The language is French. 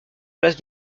place